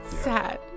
Sad